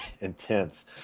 intense